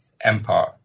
empire